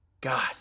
God